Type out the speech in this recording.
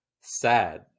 sad